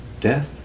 death